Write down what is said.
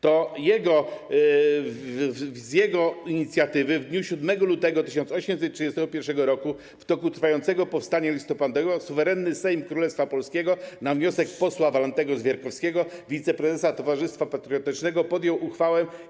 To z jego inicjatywy w dniu 7 lutego 1831 r. w toku trwającego powstania listopadowego suwerenny Sejm Królestwa Polskiego na wniosek posła Walentego Zwierkowskiego, wiceprezesa Towarzystwa Patriotycznego, podjął uchwałę.